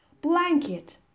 Blanket